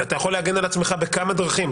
אתה יכול להגן על עצמך בכמה דרכים,